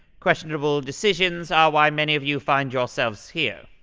questionable decisions are why many of you find yourselves here.